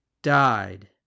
Died